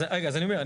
אז אני אומר,